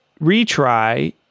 retry